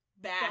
back